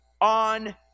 on